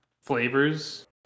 flavors